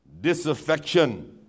disaffection